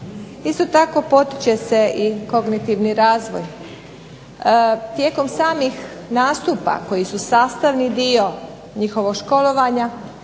Isto tako potiče se i kognitivni razvoj. Tijekom samih nastupa koji su sastavni dio njihovog školovanja